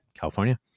California